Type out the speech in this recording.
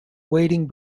wading